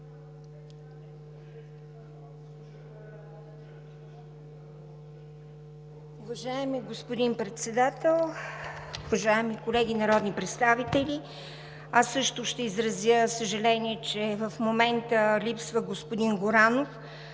Уважаеми господин Председател, уважаеми колеги народни представители! Аз също ще изразя съжаление, че в момента липсва господин Горанов,